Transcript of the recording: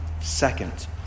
Second